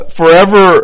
forever